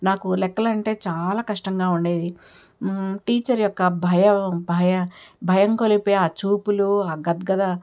నాకు లెక్కలు అంటే చాలా కష్టంగా ఉండేది టీచర్ యొక్క భయం భయ భయంగొలిపే ఆ చూపులు ఆ గద్గద